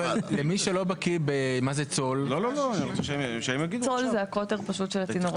למי שלא בקיא במה זה צול --- צול זה פשוט הקוטר של הצינור.